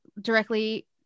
directly